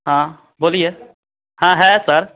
हाँ बोलिए हाँ है सर